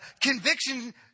Conviction